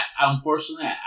Unfortunately